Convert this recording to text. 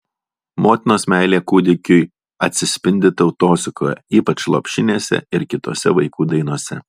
motinos meilė kūdikiui atsispindi tautosakoje ypač lopšinėse ir kitose vaikų dainose